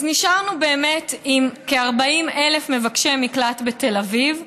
אז נשארנו באמת עם כ-40,000 מבקשי מקלט בתל אביב,